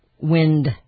wind